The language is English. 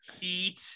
heat